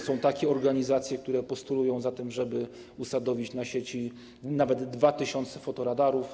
Są takie organizacje, które postulują o to, żeby usadowić na sieci nawet 2 tys. fotoradarów.